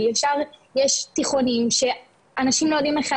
יש תיכונים שאנשים לא יודעים,